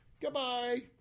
goodbye